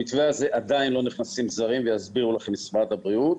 במתווה הזה עדיין לא נכנסים זרים ויסבירו לכם משרד הבריאות,